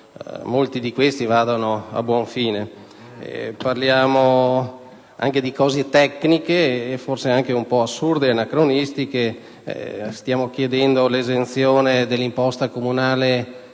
molti di questi vadano a buon fine. Parliamo di cose tecniche e forse anche un po' assurde ed anacronistiche. Stiamo chiedendo l'esenzione dell'imposta comunale